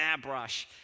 airbrush